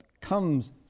comes